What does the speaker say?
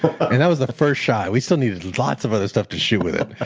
and that was the first shot. we still needed lots of other stuff to shoot with it.